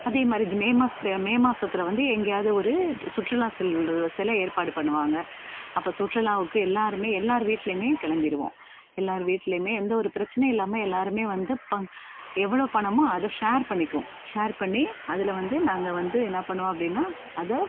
அதேமாதிரி இது மே மாசத்து மே மாசத்தில் வந்து எங்கேயாவது ஒரு சுற்றுலா செல்ல செல்ல ஏற்பாடு பண்ணுவாங்க அப்போ சுற்றுலாவுக்கு எல்லோருமே எல்லார் வீட்லேயுமே கிளம்பிருவோம் எல்லார் வீட்லேயுமே எந்த ஒரு பிரச்சனை இல்லாமல் எல்லோருமே வந்து எவ்வளோ பணமோ அதை ஷேர் பண்ணிக்குவோம் ஷேர் பண்ணி அதில் வந்து நாங்கள் வந்து என்ன பண்ணுவோம் அப்படின்னா அதை